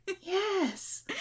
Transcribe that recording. Yes